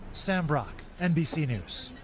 sam brock, nbc news.